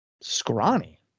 scrawny